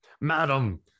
Madam